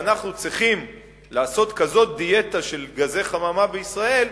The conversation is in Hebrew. אנחנו צריכים לעשות כזאת דיאטה של גזי חממה בישראל,